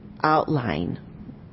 outline